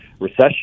recession